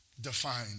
defined